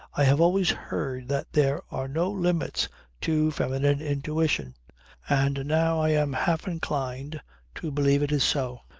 i have always heard that there are no limits to feminine intuition and now i am half inclined to believe it is so.